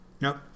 Nope